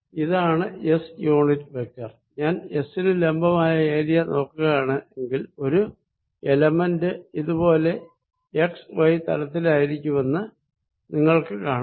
ഇതാണ് S unit vector ഞാൻ S നു ലംബമായ ഏരിയ നോക്കുകയാണ് എങ്കിൽ ഒരു എലമെന്റ് ഇത് പോലെ എക്സ് വൈ തലത്തിലായിരിക്കുമെന്ന് നിങ്ങൾക്ക് കാണാം